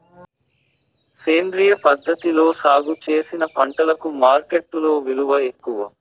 సేంద్రియ పద్ధతిలో సాగు చేసిన పంటలకు మార్కెట్టులో విలువ ఎక్కువ